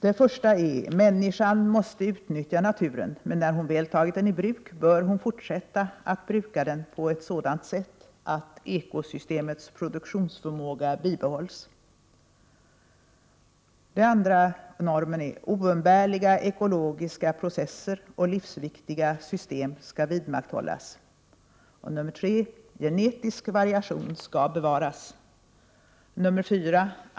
1. Människan måste utnyttja naturen, men när hon väl har tagit den i bruk bör hon fortsätta att bruka den på ett sådant sätt att ekosystemets produktionsförmåga bibehålls. 2. Oumbärliga ekologiska processer och livsviktiga system skall vidmakthållas. 3. Genetisk variation skall bevaras. 4.